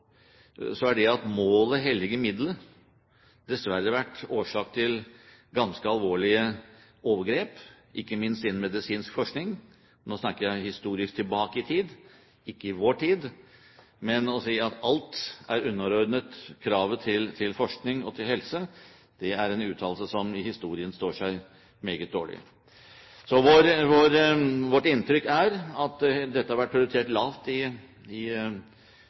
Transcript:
det at målet helliger midlet, dessverre vært årsak til ganske alvorlige overgrep, ikke minst innen medisinsk forskning. Nå snakker jeg om historisk tilbake i tid, ikke om vår tid. Men å si at alt er underordnet kravet til forskning og når det gjelder helse, er en uttalelse som i historien vil stå seg meget dårlig. Vårt inntrykk er at dette har vært prioritert lavt i